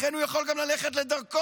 לכן הוא יכול גם ללכת לדרכו.